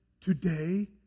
Today